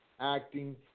acting